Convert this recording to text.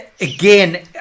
Again